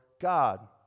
God